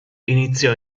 iniziò